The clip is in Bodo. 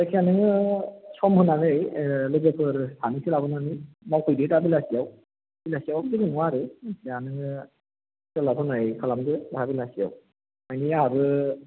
जायखिजाया नोङो सम होनानै लोगोफोर सानैसो लाबोनानै मावफैदो दा बेलासियाव बेलासियाव जेबो नङा आरो दा नोङो सोलाबहोनाय खालामदो दा बेलासियाव माने आंहाबो